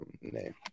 name